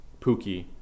Pookie